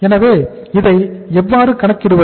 எனவே இதை எவ்வாறு கணக்கிடுவது